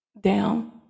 down